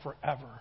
forever